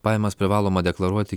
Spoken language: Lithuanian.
pajamas privaloma deklaruoti